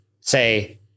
say